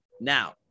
now